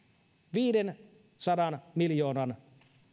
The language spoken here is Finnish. viidensadan miljoonan